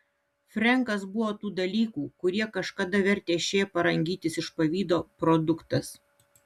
frenkas buvo tų dalykų kurie kažkada vertė šėpą rangytis iš pavydo produktas